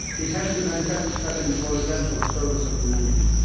it has to manifest itself in the horizontal service of humanity.